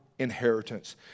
inheritance